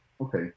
okay